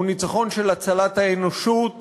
הוא ניצחון של הצלת האנושות